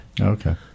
Okay